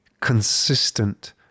consistent